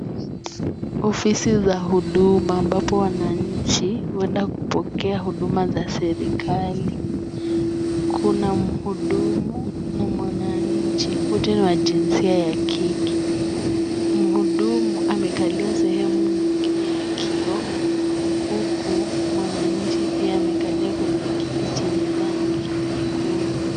Ofisi za huduma ambapo wananchi huenda kupokea huduma za serikali. Kuna mhudumu na mwananchi. Wote ni wa jinsia ya kike. Mhudumu amekalia sehemu nyingine ya kioo huku mwananchi pia amekalia kwenye kiti chenye rangi nyekundu.